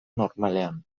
normalean